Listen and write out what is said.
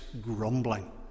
grumbling